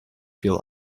feel